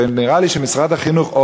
ונראה לי שמשרד החינוך,